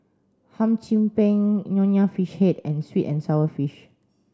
hum Chim Peng Nonya fish head and sweet and sour fish